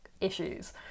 issues